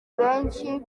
benshi